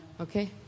Okay